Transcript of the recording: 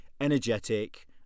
Energetic